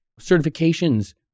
certifications